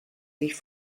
sich